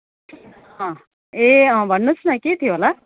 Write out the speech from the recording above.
अँ ए अँ भन्नुहोस् न के थियो होला